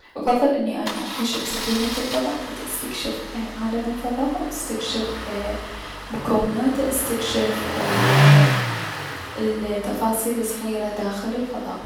افضل انو اني اعيش بسفينة الفضاء حتى اني استكشف عالم الفضاء و استكشف مكوناته و استكشف ال ال تفاصيل الصغيرة داخل الفضاء.